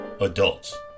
adults